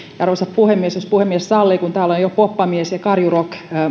arvoisa puhemies jos puhemies sallii niin kun täällä on jo poppamies ja karjurock